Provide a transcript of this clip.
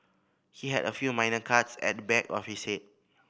he had a few minor cuts at the back of his head